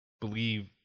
believe